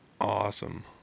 Awesome